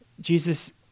Jesus